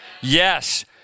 Yes